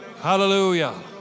Hallelujah